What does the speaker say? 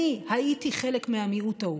אני הייתי חלק מהמיעוט ההוא.